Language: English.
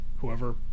whoever